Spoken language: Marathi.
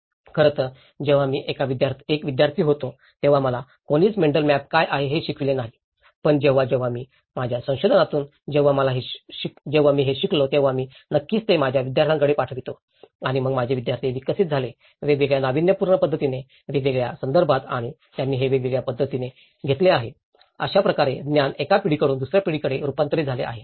म्हणजे खरं तर जेव्हा मी एक विद्यार्थी होतो तेव्हा मला कोणीच मेंटल मॅप काय आहे हे शिकवले नाही पण जेव्हा जेव्हा मी माझ्या संशोधनातून जेव्हा मला हे शिकलो तेव्हा मी नक्कीच ते माझ्या विद्यार्थ्यांकडे पाठवतो आणि मग माझे विद्यार्थी विकसित झाले वेगळ्या नाविन्यपूर्ण पद्धतीने वेगवेगळ्या संदर्भात आणि त्यांनी ते वेगळ्या पद्धतीने घेतले आहे अशा प्रकारे ज्ञान एका पिढीकडून दुसऱ्या पिढीकडे रूपांतरित झाले आहे